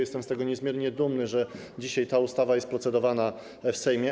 Jestem z tego niezmiernie dumny, że dzisiaj ta ustawa jest procedowana w Sejmie.